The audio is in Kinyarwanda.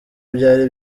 byari